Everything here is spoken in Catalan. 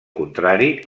contrari